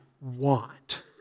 want